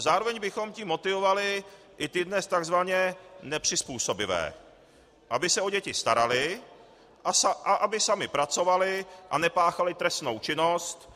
Zároveň bychom tím motivovali i ty dnes takzvaně nepřizpůsobivé, aby se o děti starali a aby sami pracovali a nepáchali trestnou činnost.